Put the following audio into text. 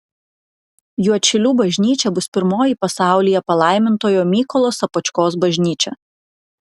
juodšilių bažnyčia bus pirmoji pasaulyje palaimintojo mykolo sopočkos bažnyčia